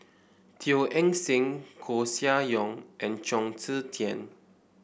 Teo Eng Seng Koeh Sia Yong and Chong Tze Chien